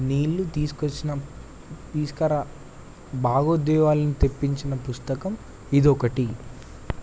నీళ్ళు తీసుకు వచ్చిన తీసుకురా భావోద్వేగాలు తెప్పించిన పుస్తకం ఇదొకటి